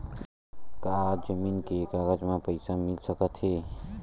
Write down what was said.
का जमीन के कागज म पईसा मिल सकत हे?